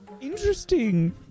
Interesting